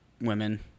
women